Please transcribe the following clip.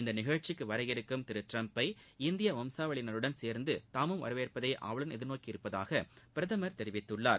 இந்த நிகழ்ச்சிக்கு வரவிருக்கும் திரு டிரம்பை இந்திய வம்சாவளியினருடன் சேர்ந்து தாமும் வரவேற்பதை ஆவலுடன் எதிர்நோக்கி உள்ளதாக பிரதமர் தெரிவித்துள்ளார்